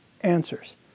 answers